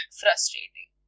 frustrating